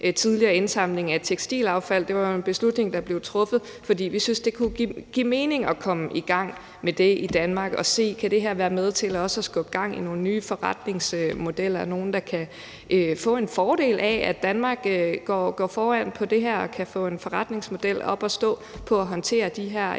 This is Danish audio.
tidligere indsamling af tekstilaffald. Det var jo en beslutning, som blev truffet, fordi vi syntes, det kunne give mening at komme i gang med det i Danmark og se, om det kunne være med til også at skubbe gang i nogle nye forretningsmodeller; om nogle kunne få en fordel af, at Danmark går foran på det her område, og få en forretningsmodel op at stå i forhold til at håndtere de her